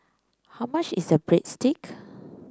how much is Breadstick